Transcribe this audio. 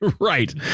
right